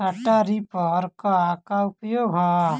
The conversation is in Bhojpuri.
स्ट्रा रीपर क का उपयोग ह?